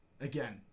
Again